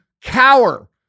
cower